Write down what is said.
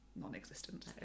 Non-existent